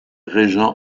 régent